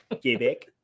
Quebec